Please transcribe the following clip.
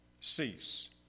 cease